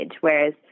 whereas